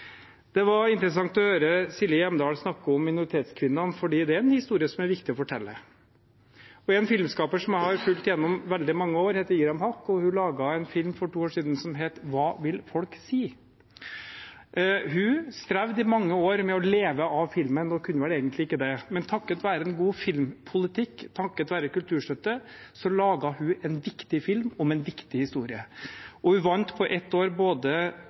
Det var interessant å høre Silje Hjemdal snakke om minoritetskvinnene, for det er en historie som er viktig å fortelle. En filmskaper som jeg har fulgt gjennom veldig mange år, heter Iram Haq. Hun laget en film for to år siden som heter «Hva vil folk si». Hun strevde i mange år med å leve av filmen og kunne vel egentlig ikke det, men takket være en god filmpolitikk, takket være kulturstøtte laget hun en viktig film om en viktig historie. På ett år vant hun Amanda for både